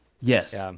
yes